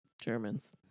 Germans